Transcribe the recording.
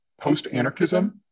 post-anarchism